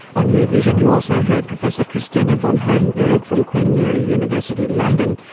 on rear vision you also heard professor christina von hodenberg from queen mary university, london,